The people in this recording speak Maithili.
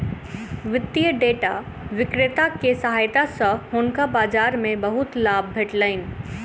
वित्तीय डेटा विक्रेता के सहायता सॅ हुनका बाजार मे बहुत लाभ भेटलैन